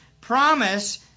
promise